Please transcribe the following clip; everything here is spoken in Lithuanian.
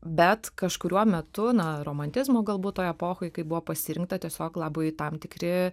bet kažkuriuo metu na romantizmo galbūt toj epochoj kai buvo pasirinkta tiesiog labai tam tikri